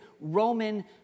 Roman